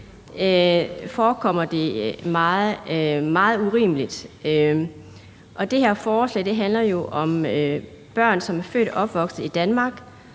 forekommer det meget urimeligt. Det her forslag handler jo om børn, som er født og opvokset i Danmark,